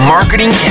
Marketing